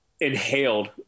inhaled